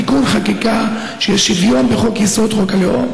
תיקון חקיקה של שוויון בחוק-יסוד: חוק הלאום